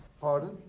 Pardon